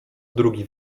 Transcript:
drugi